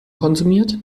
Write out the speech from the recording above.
konsumiert